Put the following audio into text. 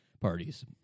parties